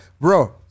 bro